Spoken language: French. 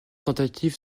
tentatives